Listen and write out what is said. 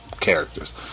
characters